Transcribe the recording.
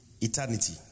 eternity